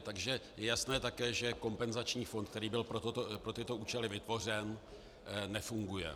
Takže je jasné také, že kompenzační fond, který byl pro tyto účely vytvořen, nefunguje.